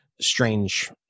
strange